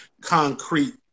concrete